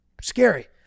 Scary